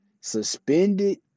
suspended